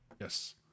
yes